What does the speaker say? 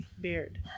beard